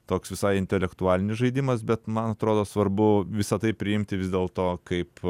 toks visai intelektualinis žaidimas bet man atrodo svarbu visa tai priimti vis dėlto kaip